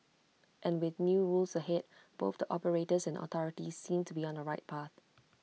and with new rules ahead both the operators and authorities seem to be on the right path